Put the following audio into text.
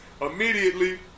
immediately